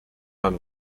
and